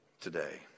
today